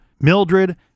Mildred